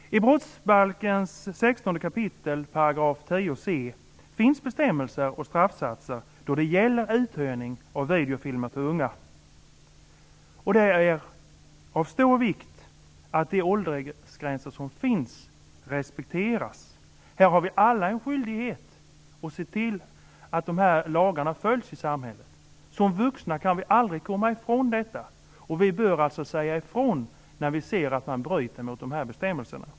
I brottsbalken 16 kap. 10 c § finns bestämmelser och straffsatser när det gäller uthyrning av videofilmer till unga. Och det är av stor vikt att de åldersgränser som finns respekteras. Här har vi alla en skyldighet att se till att dessa lagar följs i samhället. Som vuxna kan vi aldrig komma ifrån detta, och vi bör alltså säga ifrån när vi ser att man bryter mot dessa bestämmelser.